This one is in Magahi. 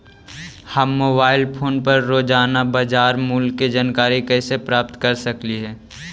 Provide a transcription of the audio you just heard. हम मोबाईल फोन पर रोजाना बाजार मूल्य के जानकारी कैसे प्राप्त कर सकली हे?